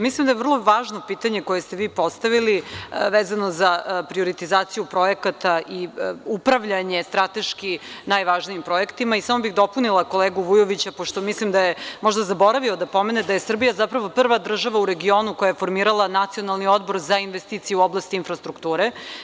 Mislim da je vrlo važno pitanje koje ste vi postavili vezano za prioritizaciju projekata i upravljanje strateški najvažnijim projektima i samo bih dopunila kolegu Vujovića, pošto mislim da je možda zaboravio da pomene da je Srbija zapravo prva država u regionu koja je formirala Nacionalni odbor za investiciju u oblasti infrastrukture.